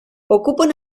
ocupen